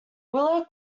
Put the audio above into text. willow